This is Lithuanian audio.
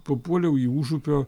papuoliau į užupio